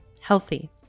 healthy